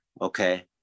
okay